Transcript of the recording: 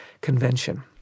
convention